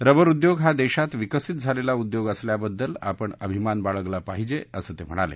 rubber उद्योग हा देशात विकसित झालेला उद्योग असल्याबद्दल आपण अभिमान बाळगला पाहिजे असं ते म्हणाले